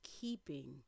keeping